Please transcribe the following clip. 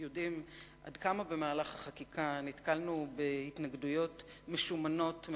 יודעים עד כמה במהלך החקיקה נתקלנו בהתנגדויות משומנות,